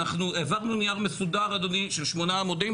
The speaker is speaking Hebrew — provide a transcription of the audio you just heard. אנחנו העברנו נייר מסודר אדוני של 8 עמודים,